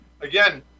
again